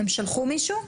לא.